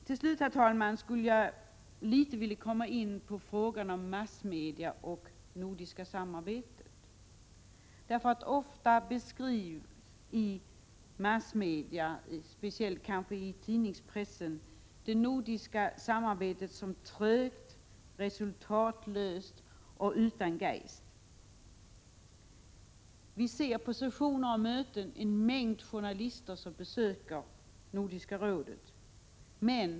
Till slut, herr talman, skulle jag vilja komma in på frågan om massmedierna och det nordiska samarbetet. Ofta beskrivs i massmedierna, speciellt i pressen, det nordiska samarbetet som trögt och resultatlöst och som ett arbete utan geist. Vi ser på sessioner och möten en mängd journalister besöka Nordiska rådet.